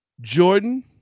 Jordan